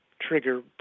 trigger